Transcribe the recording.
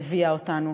הביאה אותנו.